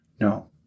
No